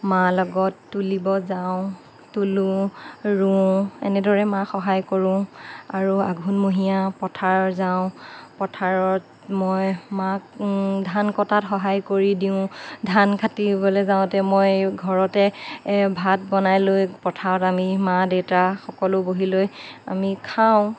মা লগত তুলিব যাওঁ তুলোঁ ৰুও এনেদৰে মাক সহায় কৰোঁ আৰু আঘোণমহীয়া পথাৰ যাওঁ পথাৰত মই মাক ধান কটাত সহায় কৰি দিওঁ ধান কাটিবলৈ যাওঁতে মই ঘৰতে ভাত বনাই লৈ পথাৰত আমি মা দেউতা সকলো বহি লৈ আমি খাওঁ